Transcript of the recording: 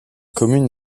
commune